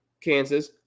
Kansas